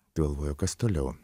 galvoji o kas toliau